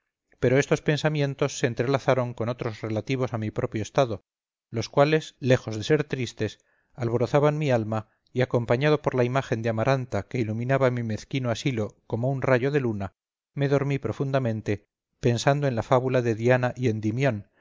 pero estos pensamientos se enlazaron con otros relativos a mi propio estado los cuales lejos de ser tristes alborozaban mi alma y acompañado por la imagen de amaranta que iluminaba mi mezquino asilo como un rayo de luna me dormí profundamente pensando en la fábula de diana y